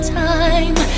time